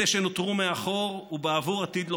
אלה שנותרו מאחור, ובעבור עתיד לוחמינו.